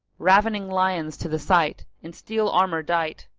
ravening lions to the sight, in steel armour dight.